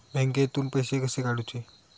बँकेतून पैसे कसे काढूचे?